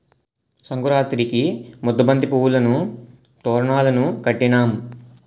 సంకురాతిరికి ముద్దబంతి పువ్వులును తోరణాలును కట్టినాం